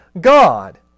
God